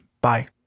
bye